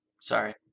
Sorry